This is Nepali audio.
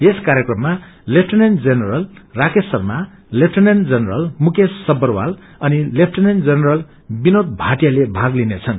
यस कार्यक्रममा lieutenant general Rakesh Sharma lieutenant general Mukesh Sabharwal अनि लेफ्टिनेन्ट जनरल विनोद भटियाले भाग लिनेछन्